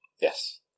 Yes